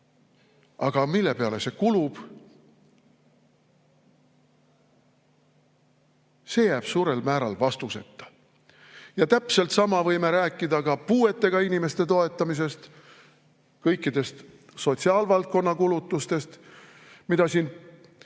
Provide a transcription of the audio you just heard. aga mille peale see kulub, jääb suurel määral vastuseta. Täpselt sama võime rääkida ka puuetega inimeste toetamisest, kõikidest sotsiaalvaldkonna kulutustest, mida siin